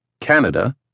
Canada